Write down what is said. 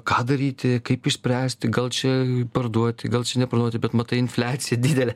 ką daryti kaip išspręsti gal čia parduoti gal neparduoti bet matai infliacija didelė